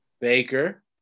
baker